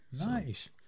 Nice